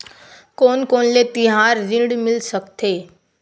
कोन कोन ले तिहार ऋण मिल सकथे?